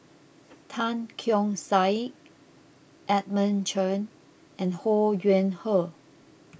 Tan Keong Saik Edmund Chen and Ho Yuen Hoe